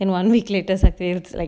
and one week later saktil like